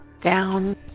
down